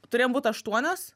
turėjom būti aštuonios